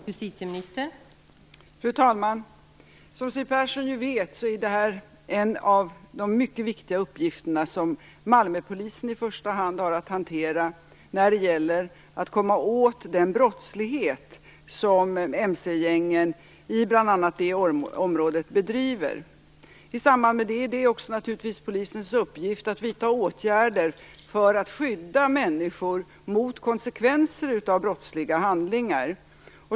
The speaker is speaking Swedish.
Fru talman! Som Siw Persson vet är det här en av de mycket viktiga uppgifter som i första hand Malmöpolisen har att hantera när det gäller att komma åt den brottslighet som mc-gängen i bl.a. det området bedriver. I samband med det är det naturligtvis också polisens uppgift att vidta åtgärder för att skydda människor mot konsekvenser av brottsliga handlingar.